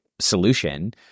solution